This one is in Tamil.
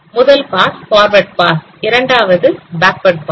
முதல் பாஸ் ஃபார்வேர்டு பாஸ் இரண்டாவது பேக்வேர்ட் பாஸ்